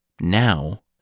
Now